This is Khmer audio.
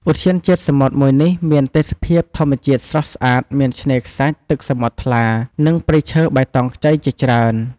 ឧទ្យានជាតិសមុទ្រមួយនេះមានទេសភាពធម្មជាតិស្រស់ស្អាតមានឆ្នេរខ្សាច់ទឹកសមុទ្រថ្លា និងព្រៃឈើបៃតងខ្ចីជាច្រើន។